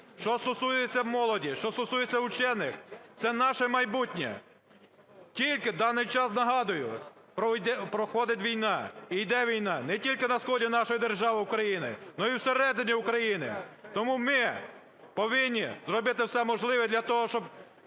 Що стосується молоді, що стосується учених – це наше майбутнє. Тільки в даний час, нагадую, проходить війна, йде війна не тільки на сході нашої держави України, но і всередині України. Тому ми повинні зробити все можливе для того, щоб